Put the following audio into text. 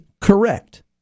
correct